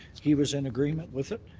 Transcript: he was in agreement with it.